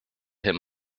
him